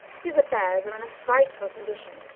his affairs are in a frightful condition.